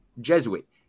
Jesuit